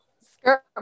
Skirt